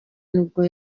nibwo